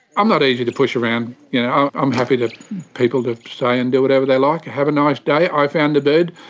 i'm not easy to push around. you know i'm i'm happy to people to say and do whatever they like. have a nice day. i found a bird,